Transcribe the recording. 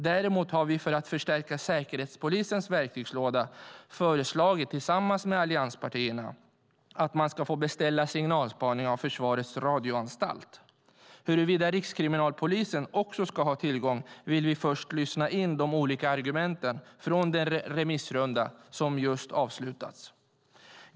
Däremot har vi för att förstärka Säkerhetspolisens verktygslåda tillsammans med allianspartierna föreslagit att man ska få beställa signalspaning via Försvarets radioanstalt. Om Rikskriminalpolisen också ska ha tillgång vill vi först lyssna in de olika argumenten från den remissrunda som just avslutats. Fru talman!